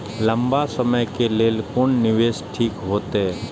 लंबा समय के लेल कोन निवेश ठीक होते?